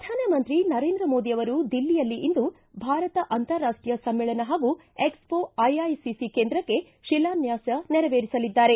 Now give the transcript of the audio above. ಪ್ರಧಾನಮಂತ್ರಿ ನರೇಂದ್ರ ಮೋದಿ ಅವರು ದಿಲ್ಲಿಯಲ್ಲಿ ಇಂದು ಭಾರತ ಅಂತಾರಾಷ್ವೀಯ ಸಮ್ನೇಳನ ಹಾಗೂ ಎಕ್ಸ್ಫೋ ಐಐಸಿಸಿ ಕೇಂದ್ರಕ್ಕೆ ಶಿಲಾನ್ತಾಸ ನೆರವೇರಿಸಲಿದ್ದಾರೆ